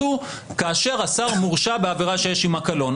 הוא כאשר השר מורשע בעבירה שיש עמה קלון.